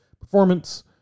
performance